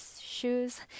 shoes